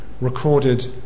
recorded